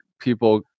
people